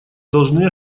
должны